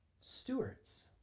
stewards